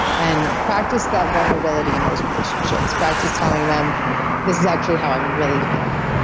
and practice that vulnerability in those relationships, practice telling them this is actually how i'm really feeling,